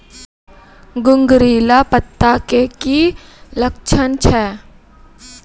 घुंगरीला पत्ता के की लक्छण छै?